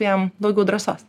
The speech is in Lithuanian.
jam daugiau drąsos